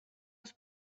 els